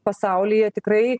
pasaulyje tikrai